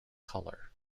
color